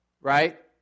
right